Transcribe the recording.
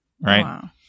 right